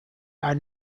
are